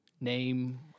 name